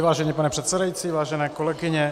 Vážený pane předsedající, vážené kolegyně